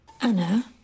Anna